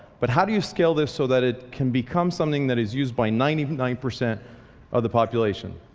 but how do you scale this so that it can become something that is used by ninety nine percent of the population?